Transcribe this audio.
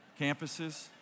Campuses